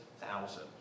thousand